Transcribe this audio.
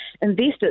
Investors